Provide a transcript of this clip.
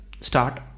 start